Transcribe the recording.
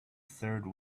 third